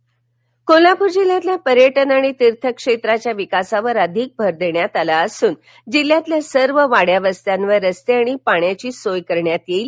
कोल्हापर कोल्हापूर जिल्ह्यातील पर्यटन आणि तीर्थ क्षेत्राच्या विकासावर अधिक भर देण्यात आला असून जिल्ह्यातील सर्व वाङ्या वस्त्यांवर रस्ते आणि पाण्याची सोय करण्यात येईल